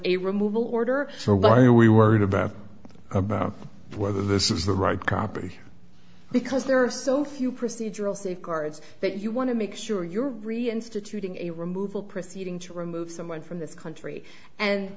a removal order so why are we worried about about whether this is the right copy because there are so few procedural safeguards that you want to make sure you're really instituting a removal proceeding to remove someone from this country and